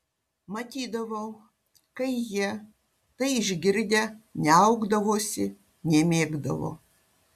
matydavau kai jie tai išgirdę niaukdavosi nemėgdavo